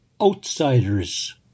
outsiders